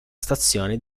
stazione